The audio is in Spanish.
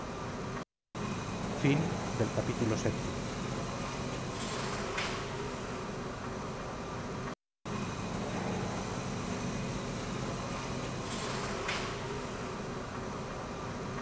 explicación del capítulo